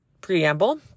preamble